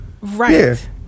Right